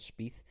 Spieth